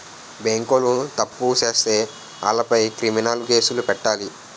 బేంకోలు తప్పు సేత్తే ఆలపై క్రిమినలు కేసులు పెట్టాలి